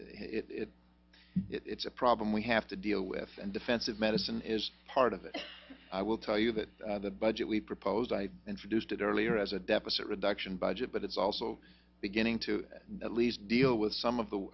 and it's a problem we have to deal with and defensive medicine is part of it i will tell you that the budget we proposed i introduced it earlier as a deficit reduction budget but it's also beginning to at least deal with some of the